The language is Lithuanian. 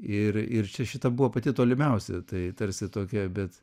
ir ir čia šita buvo pati tolimiausia tai tarsi tokia bet